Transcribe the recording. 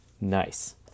nice